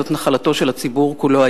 זו נחלתו של הציבור כולו,